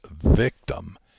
victim